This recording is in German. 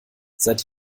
seit